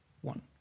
one